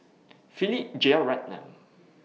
Philip Jeyaretnam